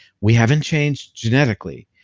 we haven't changed genetically.